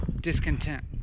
discontent